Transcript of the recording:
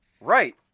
Right